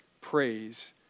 praise